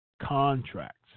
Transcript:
contracts